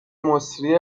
مسری